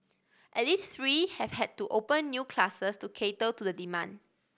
at least three have had to open new classes to cater to the demand